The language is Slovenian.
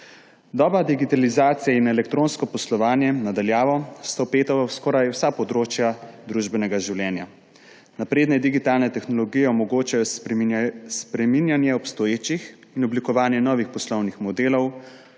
Doba digitalizacije in elektronsko poslovanje na daljavo sta vpeta v skoraj vsa področja družbenega življenja. Napredne digitalne tehnologije omogočajo spreminjanje obstoječih in oblikovanje novih poslovnih modelov,